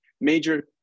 major